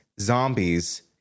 zombies